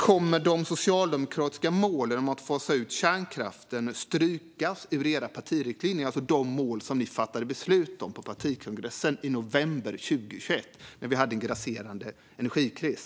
Kommer de socialdemokratiska målen om att fasa ut kärnkraften att strykas ur era partiriktlinjer för de mål som ni fattade beslut om på partikongressen i november 2021, när vi hade en grasserande energikris?